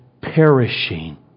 perishing